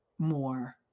more